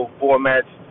formats